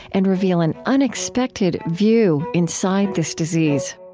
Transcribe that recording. and reveal an unexpected view inside this disease